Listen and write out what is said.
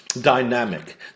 dynamic